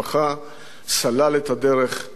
סלל את הדרך לקורס הקצינים.